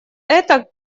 это